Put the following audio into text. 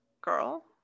girl